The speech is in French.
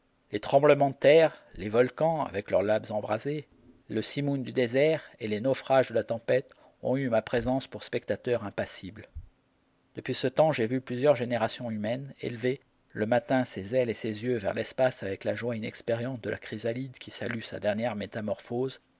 les tremblements de terre les volcans avec leur lave embrasée le simoun du désert et les naufrages de la tempête ont eu ma présence pour spectateur impassible depuis ce temps j'ai vu plusieurs générations humaines élever le matin ses ailes et ses yeux vers l'espace avec la joie inexpériente de la chrysalide qui salue sa dernière métamorphose